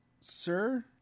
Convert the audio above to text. sir